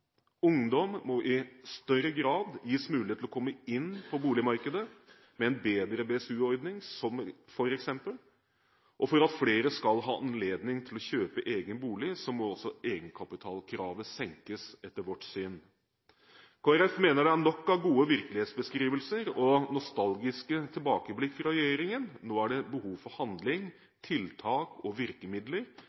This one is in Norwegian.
Ungdom må i større grad gis mulighet til å komme inn på boligmarkedet med en bedre BSU-ordning f.eks., og for at flere skal ha anledning til å kjøpe egen bolig, må også egenkapitalkravet senkes, etter vårt syn. Kristelig Folkeparti mener det er nok av gode virkelighetsbeskrivelser og nostalgiske tilbakeblikk fra regjeringen, nå er det behov for handling, tiltak og virkemidler